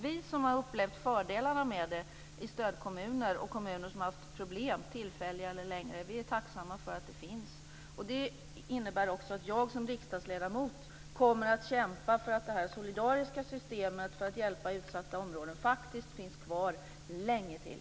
Vi som har upplevt fördelarna med det i stödkommuner och kommuner som har haft problem, tillfälliga eller längre, är tacksamma för att det finns. Det innebär också att jag som riksdagsledamot kommer att kämpa för att det solidariska systemet för att hjälpa utsatta områden finns kvar länge till.